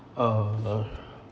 err